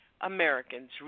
Americans